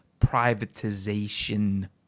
privatization